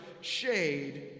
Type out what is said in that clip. shade